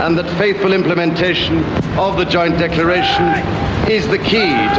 and that faithful implementation of the joint declaration is the key